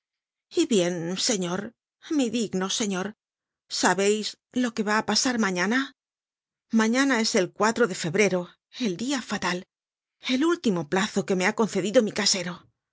y bien señor mi digno señor sabeis lo que va á pasar mañana mañana es el de febrero el dia fatal el último plazo que me ha concedido mi casero